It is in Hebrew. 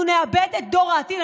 אנחנו נאבד את דור העתיד.